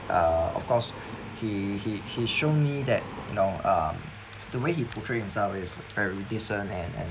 uh of course he he he show me that you know um the way he portray himself is very decent and and